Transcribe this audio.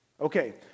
Okay